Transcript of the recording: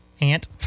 ant